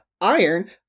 iron